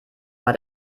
war